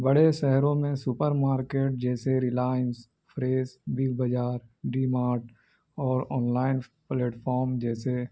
بڑے شہروں میں سپر مارکیٹ جیسے ریلائنس فریس بگ بجار ڈی مارٹ اور آن لائن پلیٹفارام جیسے